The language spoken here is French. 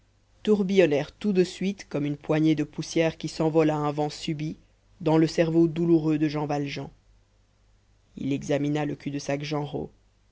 tourbillonnèrent tout de suite comme une poignée de poussière qui s'envole à un vent subit dans le cerveau douloureux de jean valjean il examina le cul-de-sac genrot là